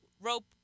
rope